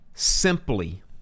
Simply